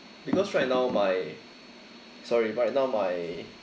because right now my sorry right now my